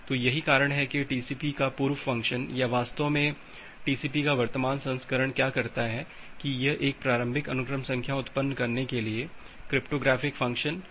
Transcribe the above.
तो यही कारण है कि टीसीपी का पूर्व फंक्शन या वास्तव में टीसीपी का वर्तमान संस्करण क्या करता है कि यह प्रारंभिक अनुक्रम संख्या उत्पन्न करने के लिए क्रिप्टोग्राफ़िक फ़ंक्शन का उपयोग करता है